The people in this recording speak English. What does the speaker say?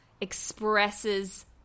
expresses